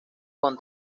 con